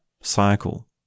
cycle